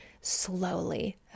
slowly